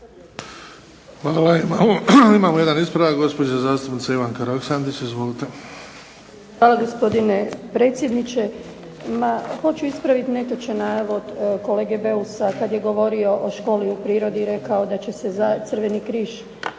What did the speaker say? Hvala. Imamo jedan ispravak, gospođa zastupnica Ivanka Roksandić. Izvolite. **Roksandić, Ivanka (HDZ)** Hvala gospodine predsjedniče. Ma hoću ispraviti netočan navod kolege Beusa kad je govorio o školi u prirodi i rekao da će se Crveni križ